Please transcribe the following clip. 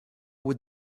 would